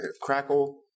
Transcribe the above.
crackle